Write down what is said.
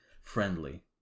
friendly